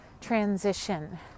transition